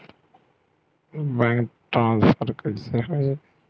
Bank transfer कइसे होही?